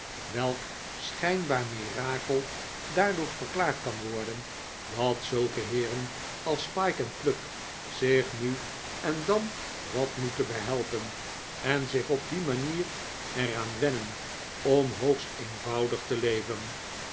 welk schijnbaar mirakei daardoor verklaard kan worden dat zulke heeren als pyke en pluck zich nu en dan wat moeten behelpen en zich op die manier er aan wennen om hoogst eenvoudig te lev'en